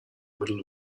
middle